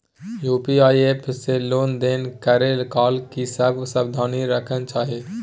UPI app से लेन देन करै काल की सब सावधानी राखना चाही?